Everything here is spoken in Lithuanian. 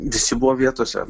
visi buvo vietose